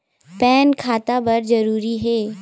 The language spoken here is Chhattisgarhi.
पैन खाता बर जरूरी हे?